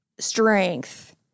Strength